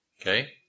Okay